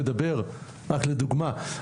רק לדוגמה,